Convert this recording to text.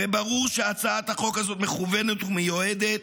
הרי ברור שהצעת החוק הזו מכוונת ומיועדת